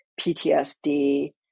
PTSD